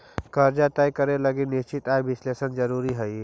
कर्जा तय करे लगी निश्चित आय विश्लेषण जरुरी हई